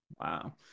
Wow